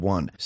One